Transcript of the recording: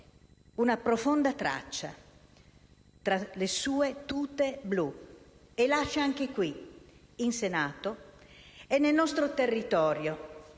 una profonda traccia tra le sue tute blu. Lascia anche qui, in Senato, e nel nostro territorio